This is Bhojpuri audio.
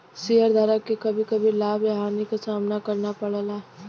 शेयरधारक के कभी कभी लाभ या हानि क सामना करना पड़ला